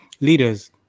leaders